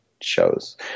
shows